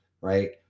right